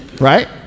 right